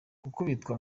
gukubitwa